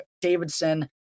Davidson